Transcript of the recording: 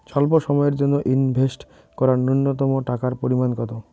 স্বল্প সময়ের জন্য ইনভেস্ট করার নূন্যতম টাকার পরিমাণ কত?